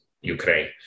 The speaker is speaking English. Ukraine